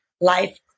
life